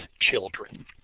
children